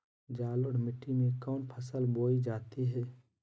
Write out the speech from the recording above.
जलोढ़ मिट्टी में कौन फसल बोई जाती हैं?